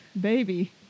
Baby